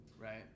right